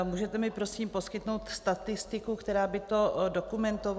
Můžete mi prosím poskytnout statistiku, která by to dokumentovala?